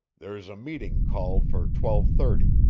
there's a meeting called for twelve-thirty.